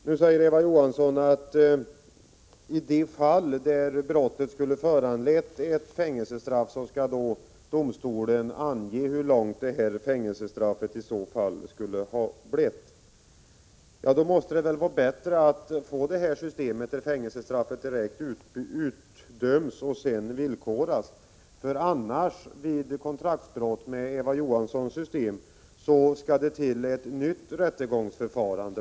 Nu säger Eva Johansson att i de fall där brottet skulle föranleda ett fängelsestraff skall domstolen ange hur långt detta i så fall skulle ha blivit. Nog måste det väl då vara bättre att få det system där detta fängelsestraff direkt utdöms och sedan villkoras bort? Annars skall det ju till ett nytt rättegångsförfarande.